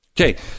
okay